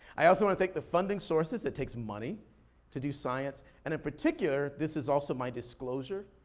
i also want to thank the funding sources. it takes money to do science, and in particular, this is also my disclosure.